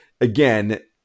Again